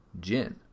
Jin